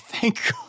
thank